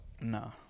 No